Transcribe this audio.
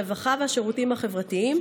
הרווחה והשירותים החברתיים,